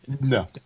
no